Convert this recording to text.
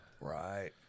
Right